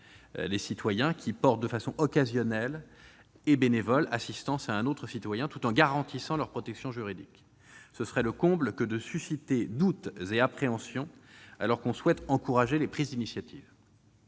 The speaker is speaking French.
les citoyens qui portent assistance, de façon occasionnelle et bénévole, à un autre citoyen, tout en garantissant leur protection juridique. Ce serait le comble que de susciter doutes et appréhensions, alors que nous souhaitons encourager la prise d'initiative